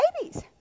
babies